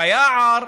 היער,